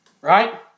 right